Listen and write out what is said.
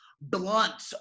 Blunt